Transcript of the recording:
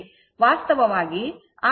ವಾಸ್ತವವಾಗಿ ಆದ್ದರಿಂದ j 2 1 ಆಗಿರುತ್ತದೆ